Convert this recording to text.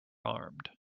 armed